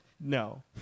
No